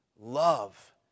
love